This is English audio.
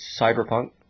cyberpunk